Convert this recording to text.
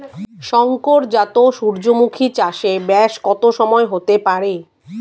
শংকর জাত সূর্যমুখী চাসে ব্যাস কত সময় হতে পারে?